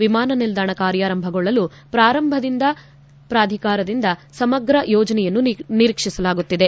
ವಿಮಾನ ನಿಲ್ದಾಣ ಕಾರ್ಯಾರಂಭಗೊಳ್ಳಲು ಪ್ರಾಧಿಕಾರದಿಂದ ಸಮಗ್ರ ಯೋಜನೆಯನ್ನು ನಿರೀಕ್ಷಿಸಲಾಗುತ್ತಿದೆ